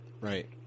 Right